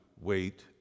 wait